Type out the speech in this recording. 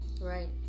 Right